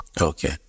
Okay